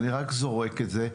אני רק זורק את זה,